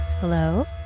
Hello